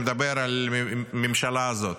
אני מדבר על הממשלה הזאת,